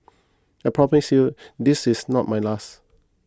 I promise you this is not my last